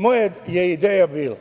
Moja je ideja bila